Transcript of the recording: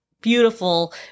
beautiful